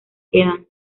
quedan